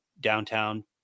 downtown